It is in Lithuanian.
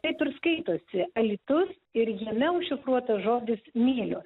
taip ir skaitosi alytus ir jame užšifruotas žodis myliu